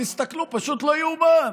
תסתכלו, פשוט לא ייאמן.